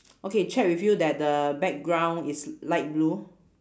okay check with you that the background is light blue